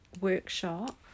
workshop